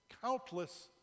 countless